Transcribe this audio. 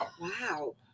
Wow